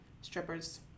Strippers